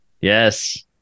Yes